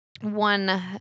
One